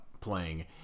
playing